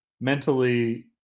mentally